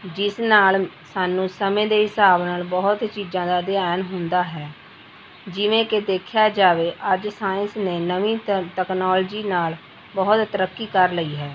ਜਿਸ ਨਾਲ ਸਾਨੂੰ ਸਮੇਂ ਦੇ ਹਿਸਾਬ ਨਾਲ ਬਹੁਤ ਚੀਜ਼ਾਂ ਦਾ ਅਧਿਐਨ ਹੁੰਦਾ ਹੈ ਜਿਵੇਂ ਕਿ ਦੇਖਿਆ ਜਾਵੇ ਅੱਜ ਸਾਇੰਸ ਨੇ ਨਵੀਂ ਤ ਤਕਨਾਲੋਜੀ ਨਾਲ ਬਹੁਤ ਤਰੱਕੀ ਕਰ ਲਈ ਹੈ